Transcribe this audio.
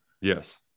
Yes